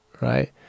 right